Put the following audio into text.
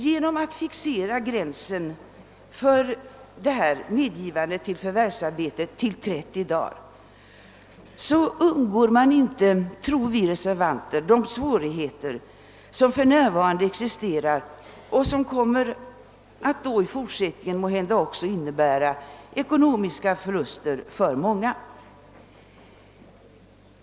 Genom att fixera gränsen för medgivet förvärvsarbete till 30 dagar undgår man inte, tror vi reservanter, de svårigheter som för närvarande existerar och som måhända även i fortsättningen kommer att innebära ekonomiska förluster för nånga.